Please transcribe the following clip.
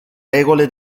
regole